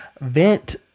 vent